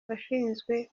washinzwe